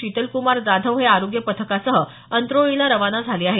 शीतलकुमार जाधव हे आरोग्य पथकासह अंत्रोळीला रवाना झाले आहेत